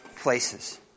places